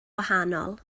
wahanol